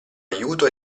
aiuto